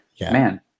man